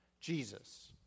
Jesus